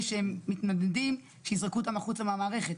שהם מתנדנדים שיזרקו אותם החוצה מהמערכת,